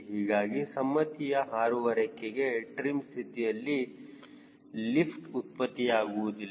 ಹೀಗಾಗಿ ಸಮ್ಮತಿಯ ಹಾರುವ ರೆಕ್ಕೆಗೆ ಟ್ರಿಮ್ ಸ್ಥಿತಿಯಲ್ಲಿ ಲಿಪ್ಟ್ ಉತ್ಪತ್ತಿಯಾಗುವುದಿಲ್ಲ